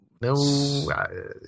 No